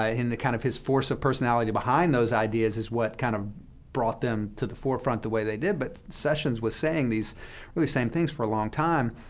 i mean the kind of his force of personality behind those ideas is what kind of brought them to the forefront the way they did, but sessions was saying these really same things for a long time.